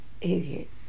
Idiot